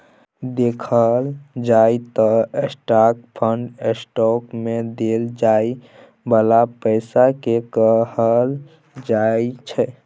देखल जाइ त स्टाक फंड स्टॉक मे देल जाइ बाला पैसा केँ कहल जाइ छै